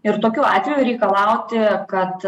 ir tokiu atveju reikalauti kad